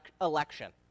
election